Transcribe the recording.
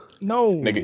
No